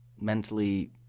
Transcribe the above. mentally